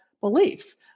beliefs